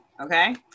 Okay